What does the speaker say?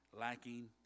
lacking